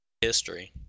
history